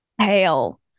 hail